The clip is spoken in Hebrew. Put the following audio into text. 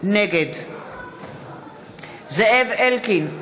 נגד זאב אלקין,